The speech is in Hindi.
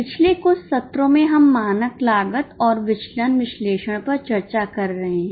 पिछले कुछ सत्रों में हम मानक लागत और विचलन विश्लेषण पर चर्चा कर रहे हैं